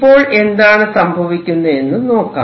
ഇപ്പോൾ എന്താണ് സംഭവിക്കുന്നതെന്ന് നോക്കാം